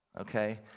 okay